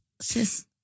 Sis